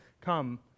come